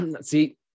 see